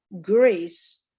Grace